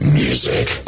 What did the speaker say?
music